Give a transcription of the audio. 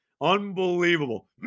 Unbelievable